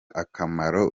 akamaro